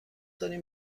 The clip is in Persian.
داریم